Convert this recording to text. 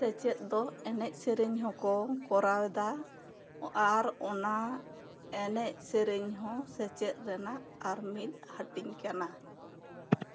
ᱥᱮᱪᱮᱫ ᱫᱚ ᱮᱱᱮᱡ ᱥᱮᱨᱮᱧ ᱦᱚᱸᱠᱚ ᱠᱚᱨᱟᱣᱮᱫᱟ ᱟᱨ ᱚᱱᱟ ᱮᱱᱮᱡ ᱥᱮᱨᱮᱧ ᱦᱚᱸ ᱥᱮᱪᱮᱫ ᱨᱮᱱᱟᱜ ᱟᱨ ᱢᱤᱫ ᱦᱟ ᱴᱤᱧ ᱠᱟᱱᱟ